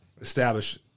establish